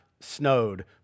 snowed